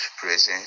presence